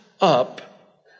up